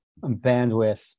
Bandwidth